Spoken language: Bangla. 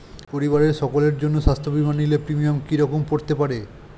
পরিবারের সকলের জন্য স্বাস্থ্য বীমা নিলে প্রিমিয়াম কি রকম করতে পারে?